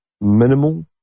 minimal